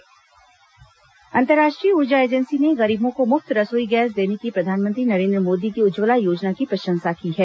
प्रधानमंत्री उज्जवला योजना अंतर्राष्ट्रीय ऊर्जा एजेंसी ने गरीबों को मुफ्त रसोई गैस देने की प्रधानमंत्री नरेन्द्र मोदी की उज्जवला योजना की प्रशंसा की है